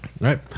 Right